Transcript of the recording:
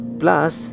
plus